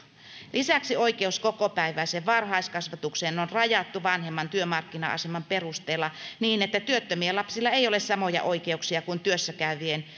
lisäksi oikeus kokopäiväiseen varhaiskasvatukseen on rajattu vanhemman työmarkkina aseman perusteella niin että työttömien lapsilla ei ole samoja oikeuksia kuin työssäkäyvien